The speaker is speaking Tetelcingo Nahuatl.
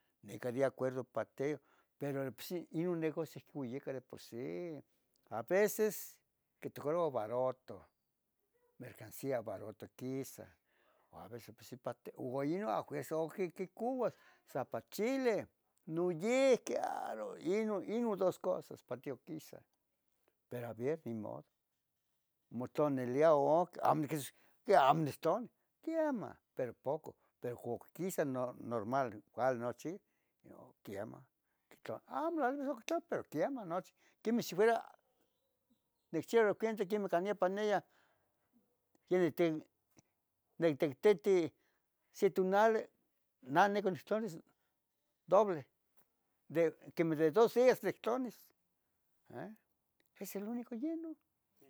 nica deacuerdo patiyoh, pero inon negicio quiuica de por sì, aveces quitocoruo baruto mercansia baruto quisa, uan aveces ipati, uan inon afuerza oc quiquicouas sa pachili, noyihqui aro, inon, inon dos cosas patiyuh quisa, pero a ver, nimodo. Motlonialia amo niquitos yeh amo nintlani, quemah, pero poco, pero coc quisa no normal cauli nochi, nio quiemah, quihtoua oc tla pero nochi quimeh nicchiuili quemeh can nepa neyah nictequititih se tunali na nicontlaxtlavis doble quemeh lo de dos dias sectlanis eh, es el unico yenon.